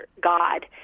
God